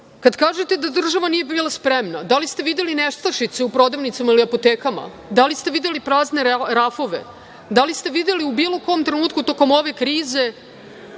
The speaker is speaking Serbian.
kažete da država nije bila spremna, da li ste videli nestašice u prodavnicama ili apotekama? Da li ste videli prazne rafove? Da li ste videli u bilo kom trenutku tokom ove krize